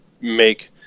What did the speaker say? make